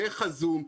דרך הזום.